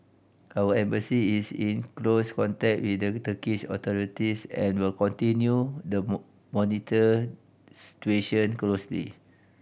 our Embassy is in close contact with the Turkish authorities and will continue the monitor situation closely